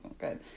good